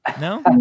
no